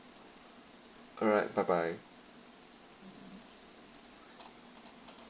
alright bye bye